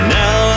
now